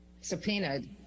subpoenaed